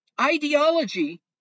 ideology